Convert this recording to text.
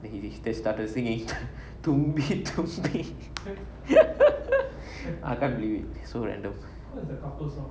then he stay started singing தும்பி தும்பி:thumbi thumbi I can't believe it so random